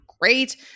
great